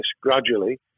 gradually